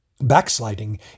Backsliding